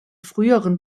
früheren